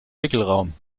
wickelraum